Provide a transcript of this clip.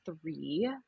three